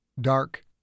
dark